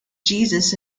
jesus